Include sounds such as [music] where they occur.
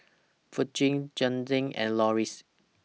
[unintelligible] Jazlene and Loris